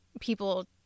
people